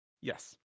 Yes